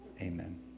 Amen